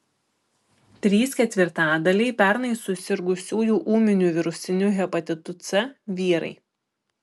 trys ketvirtadaliai pernai susirgusiųjų ūminiu virusiniu hepatitu c vyrai